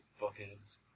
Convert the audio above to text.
fuckheads